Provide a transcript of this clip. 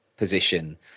position